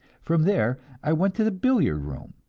from there i went to the billiard-room,